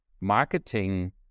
marketing